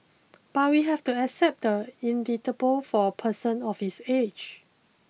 but we have to accept the inevitable for a person of his age